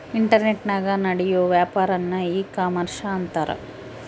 ಇಂಟರ್ನೆಟನಾಗ ನಡಿಯೋ ವ್ಯಾಪಾರನ್ನ ಈ ಕಾಮರ್ಷ ಅಂತಾರ